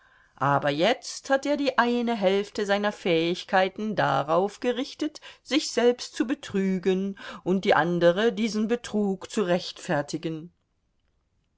aber jetzt hat er die eine hälfte seiner fähigkeiten darauf gerichtet sich selbst zu betrügen und die andere diesen betrug zu rechtfertigen